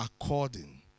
according